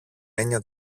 έννοια